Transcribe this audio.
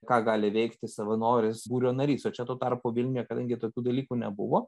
ką gali veikti savanoris būrio narys o čia tuo tarpu vilniuje kadangi tokių dalykų nebuvo